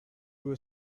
were